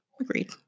Agreed